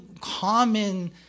common